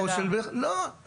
של ה --- לא,